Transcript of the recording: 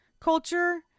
culture